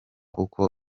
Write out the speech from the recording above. uko